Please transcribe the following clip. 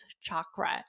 chakra